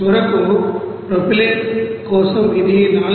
చివరకు ప్రొపైలీన్ కోసం ఇది 463